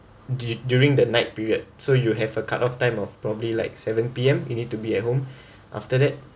du~ during the night period so you have a cut-off time of probably like seven P_M you need to be at home after that